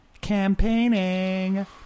campaigning